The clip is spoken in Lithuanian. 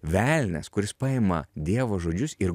velnias kuris paima dievo žodžius ir